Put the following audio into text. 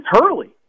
Hurley